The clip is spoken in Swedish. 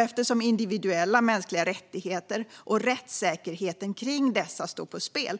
Eftersom individuella mänskliga rättigheter och rättssäkerheten kring dessa står på spel